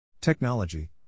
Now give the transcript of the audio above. Technology